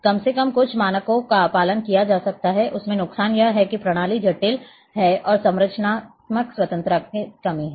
कम से कम कुछ मानकों का पालन किया जा सकता है उसमें नुकसान यह है कि प्रणाली जटिल है और संरचनात्मक स्वतंत्रता की कमी है